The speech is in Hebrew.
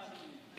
תודה רבה, אדוני.